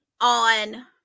On